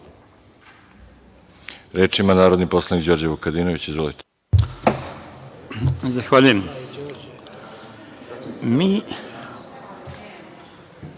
ima narodni poslanik Đorđe Vukadinović. Izvolite.